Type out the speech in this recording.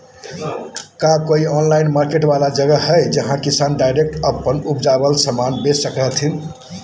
का कोई online market वाला जगह हइ जहां किसान डायरेक्ट अप्पन उपजावल समान बेच सको हथीन?